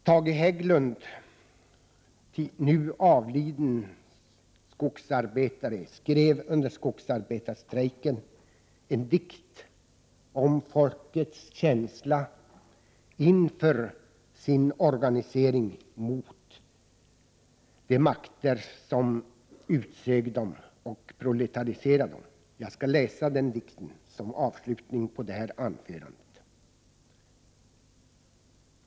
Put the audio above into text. Tage Hägglund, avliden skogsarbetare, skrev under skogsarbetarstrejken en dikt om folkets känsla inför organiseringen mot de makter som utsög arbetarna och proletariserade dem. Jag skall avsluta mitt anförande med att läsa denna dikt.